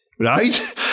Right